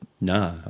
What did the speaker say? Nah